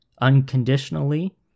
unconditionally